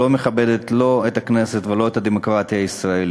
לא מכבדת, לא את הכנסת ולא את הדמוקרטיה הישראלית.